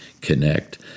connect